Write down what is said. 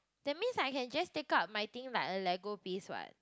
that means I can just take out my thing like a lego piece what